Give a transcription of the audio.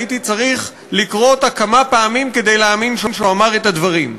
הייתי צריך לקרוא אותה כמה פעמים כדי להאמין שהוא אמר את הדברים.